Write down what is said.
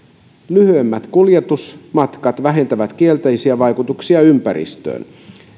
lyhyemmät kuljetusmatkat vähentävät kielteisiä vaikutuksia ympäristöön